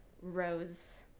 Rose